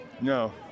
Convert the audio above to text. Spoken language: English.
No